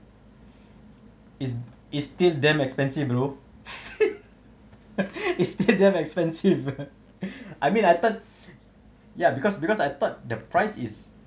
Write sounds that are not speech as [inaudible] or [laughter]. is is still damn expensive bro [laughs] it's that damn expensive I mean I thought ya because because I thought the price is